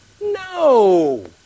No